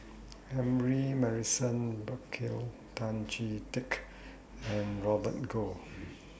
Humphrey Morrison Burkill Tan Chee Teck and Robert Goh